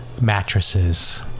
mattresses